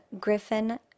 Griffin